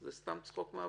זה לא סתם צחוק מהעבודה?